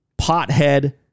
pothead